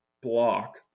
block